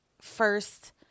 first